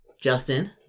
Justin